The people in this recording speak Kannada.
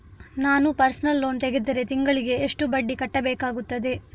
ನಾನು ಪರ್ಸನಲ್ ಲೋನ್ ತೆಗೆದರೆ ತಿಂಗಳಿಗೆ ಎಷ್ಟು ಬಡ್ಡಿ ಕಟ್ಟಬೇಕಾಗುತ್ತದೆ?